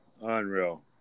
Unreal